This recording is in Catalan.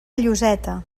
lloseta